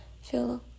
feel